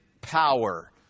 power